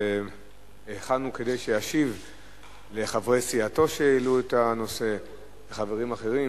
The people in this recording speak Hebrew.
אבל היכן הוא כדי שישיב לחברי סיעתו שהעלו את הנושא וחברים אחרים?